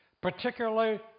particularly